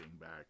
back